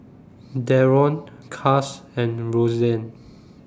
Daron Cas and Roseann